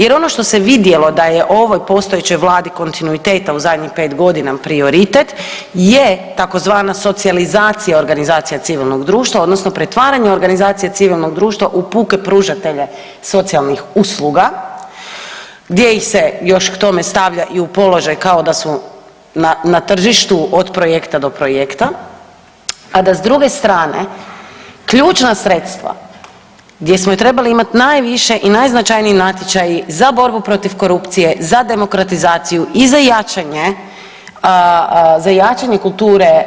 Jer ono što se vidjelo da je ovoj postojećoj Vladi kontinuiteta u zadnjih 5 godina prioritet je tzv. socijalizacija organizacija civilnog društva odnosno pretvaranje organizacije civilnog društva u puke pružatelje socijalnih usluga gdje ih se još k tome stavlja i u položaj kao da su na tržištu od projekta do projekta, a da s druge strane ključna sredstva gdje smo trebali imat najviše i najznačajnije natječaje za borbu protiv korupcije, za demokratizaciju i za jačanje kulture